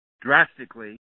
drastically